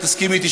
את תסכימי איתי,